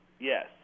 yes